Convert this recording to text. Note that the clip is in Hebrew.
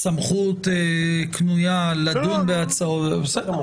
סמכות קנויה לדון בהצעות - בסדר.